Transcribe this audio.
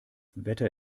wetter